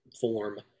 form